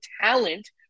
talent